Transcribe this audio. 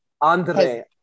Andre